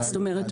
זאת אומרת,